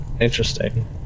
Interesting